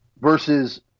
versus